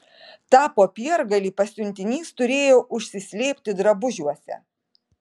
tą popiergalį pasiuntinys turėjo užsislėpti drabužiuose